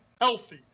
healthy